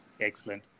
Excellent